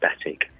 static